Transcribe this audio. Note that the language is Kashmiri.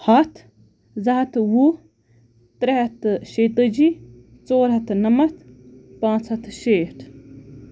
ہتھ زٕ ہتھ تہٕ وُہ ترٛےٚ ہتھ تہٕ شیتٲجی ژور ہتھ تہٕ نَمَتھ پانٛژھ ہتھ تہٕ شیٹھ